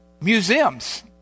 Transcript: Museums